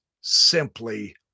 simply